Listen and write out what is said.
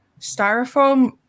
styrofoam